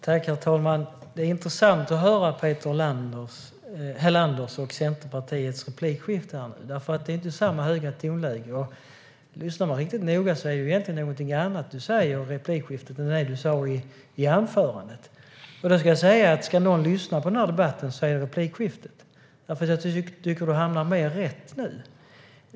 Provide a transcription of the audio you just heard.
Herr talman! Det var intressant att höra denna replik från Peter Helander och Centerpartiet. Nu är det inte samma höga tonläge. Lyssnar man riktigt noga hör man att det egentligen är någonting annat Peter Helander säger i repliken än i huvudanförandet. Ska någon lyssna på den här debatten är det bäst att lyssna på replikskiftet. Jag tycker att Peter Helander hamnade mer rätt nu.